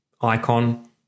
icon